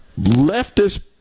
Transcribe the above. leftist